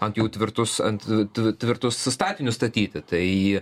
ant jų tvirtus ant tų t t tvirtus statinius statyti tai